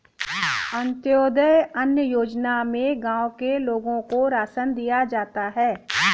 अंत्योदय अन्न योजना में गांव के लोगों को राशन दिया जाता है